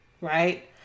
right